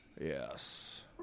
Yes